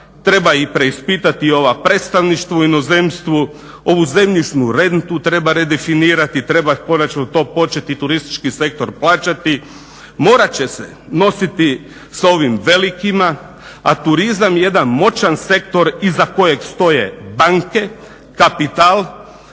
treba i preispitati ova predstavništva u inozemstvo, ovu zemljišnu rentu treba redefinirati, treba konačno to početi turistički sektor plaćati, morat će se nositi s ovim velikima a turizam jedan moćan sektor iza kojeg stoje banke, kapital